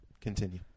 Continue